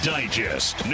Digest